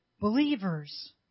believers